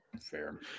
Fair